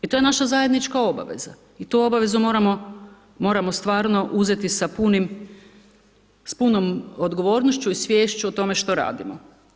I to je naša zajednička obaveza i tu obavezu moramo stvarno uzeti s punom odgovornošću i sviješću o tome što radimo.